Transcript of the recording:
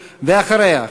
ואחריה,